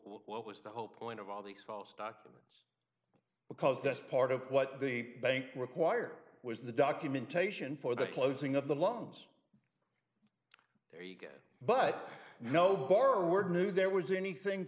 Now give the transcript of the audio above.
what was the whole point of all these false documents because that's part of what the bank required was the documentation for the closing of the loans there you go but no bar or word knew there was anything